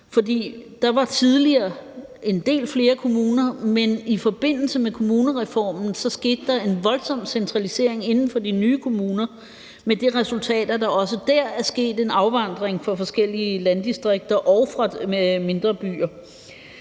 der var tidligere en del flere kommuner, men i forbindelse med kommunalreformen skete der en voldsom centralisering inden for de nye kommuner med det resultat, at der også der er sket en afvandring fra forskellige landdistrikter og fra mindre byer.